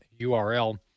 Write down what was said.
URL